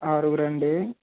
ఆరుగుర అండి